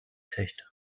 töchter